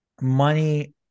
money